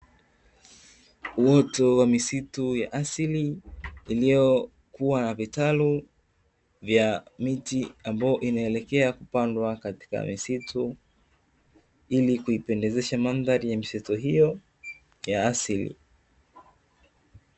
Uoto wa misitu ya asili iliyokuwa na vitaru vya miti ambayo inaelekea kupandwa katika misitu ili kuipendezesha mandhari ya misitu hiyo ya asili.